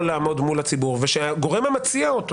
לעמוד מול הציבור ושהגורם המציע אותו